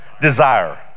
Desire